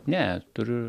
ne turiu